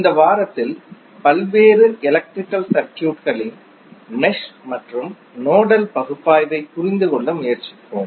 இந்த வாரத்தில் பல்வேறு எலக்ட்ரிக்கல் சர்க்யூட்களின் மெஷ் மற்றும் நோடல் பகுப்பாய்வைப் புரிந்து கொள்ள முயற்சிப்போம்